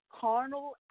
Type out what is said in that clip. carnal